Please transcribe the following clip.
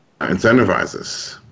incentivizes